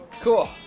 Cool